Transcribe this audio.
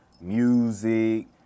music